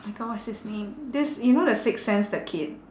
my god what's his name this you know the sixth sense that kid